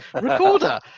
recorder